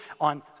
on